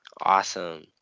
Awesome